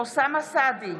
אוסאמה סעדי,